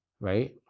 Right